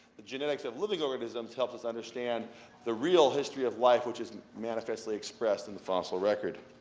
the genetics of living organisms helps us understand the real history of life, which is manifestly expressed in the fossil record.